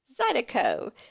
Zydeco